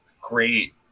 great